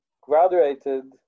graduated